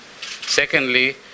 Secondly